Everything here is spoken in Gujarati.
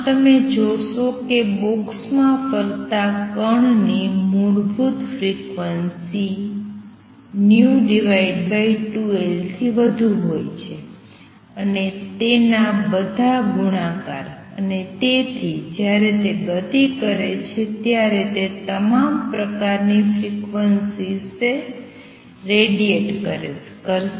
આમ તમે જોશો કે બોક્સમાં ફરતા કણની મૂળભૂત ફ્રિક્વન્સી v2L થી વધુ હોય છે અને તેના બધા ગુણાકાર અને તેથી જ્યારે તે ગતિ કરે છે ત્યારે તે તમામ પ્રકારની ફ્રીક્વન્સીઝ રેડીએટ કરશે